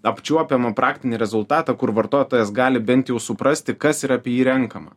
apčiuopiamą praktinį rezultatą kur vartotojas gali bent jau suprasti kas yra apie jį renkama